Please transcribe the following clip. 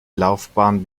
laufbahn